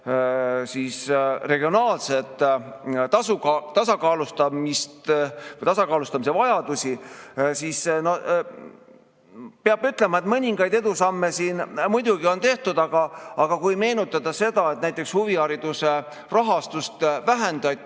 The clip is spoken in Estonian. regionaalse tasakaalustamise vajadusi. Peab ütlema, et mõningaid edusamme siin muidugi on tehtud, aga kui meenutada seda, et näiteks huvihariduse rahastust vähendati